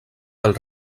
del